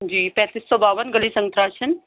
جی پینتیس سو باون گلی سنتراچھن